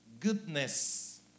Goodness